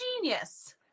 genius